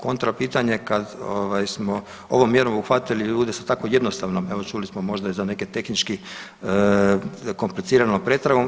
Kontra pitanje kad smo ovom mjerom obuhvatili ljude sa tako jednostavnom, evo čuli smo možda i za neke tehnički kompliciranom pretragom.